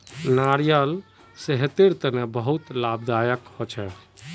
नारियाल सेहतेर तने बहुत लाभदायक होछे